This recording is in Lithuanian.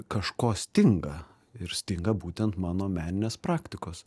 kažko stinga ir staiga būtent mano meninės praktikos